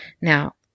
Now